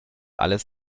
alles